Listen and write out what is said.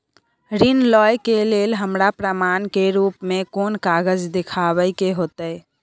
ऋण लय के लेल हमरा प्रमाण के रूप में कोन कागज़ दिखाबै के होतय?